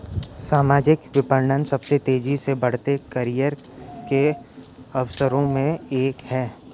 सामाजिक विपणन सबसे तेजी से बढ़ते करियर के अवसरों में से एक है